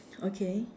okay